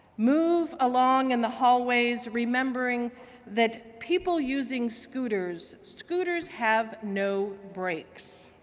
move along in the hallways remembering that people using scooters, scooters have no brakes.